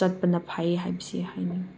ꯆꯠꯄꯅ ꯐꯩ ꯍꯥꯏꯕꯁꯦ ꯍꯥꯏꯅꯤꯡꯉꯤ